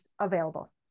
available